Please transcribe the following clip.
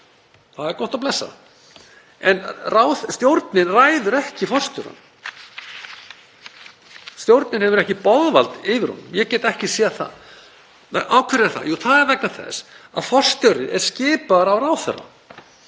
Það er gott og blessað. En stjórnin ræður ekki forstjórann. Stjórnin hefur ekki boðvald yfir honum. Ég get ekki séð það. Af hverju er það? Jú, það er vegna þess að forstjóri er skipaður af ráðherra.